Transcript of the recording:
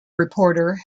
reporter